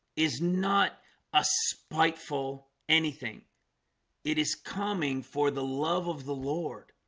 is not a spiteful anything it is coming for the love of the lord